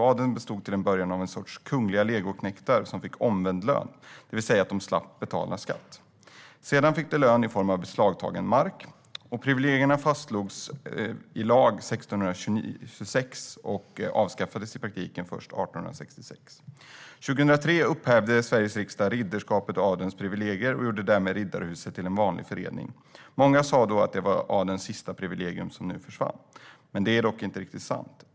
Adeln bestod till en början av en sorts kungliga legoknektar som fick omvänd lön, det vill säga de slapp betala skatt. Sedan fick de lön i form av beslagtagen mark. Privilegierna fastslogs i lag 1626 och avskaffades i praktiken först 1866. År 2003 upphävde Sveriges riksdag ridderskapets och adelns privilegier och gjorde därmed Riddarhuset till en vanlig förening. Många sa då att det var adelns sista privilegium som försvann. Det är dock inte riktigt sant.